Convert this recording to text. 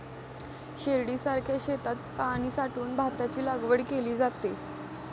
शिर्डीसारख्या शेतात पाणी साठवून भाताची लागवड केली जाते